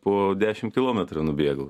po dešim kilometrų nubėgau